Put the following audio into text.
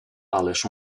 ależ